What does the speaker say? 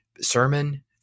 sermon